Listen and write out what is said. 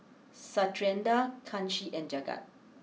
Satyendra Kanshi and Jagat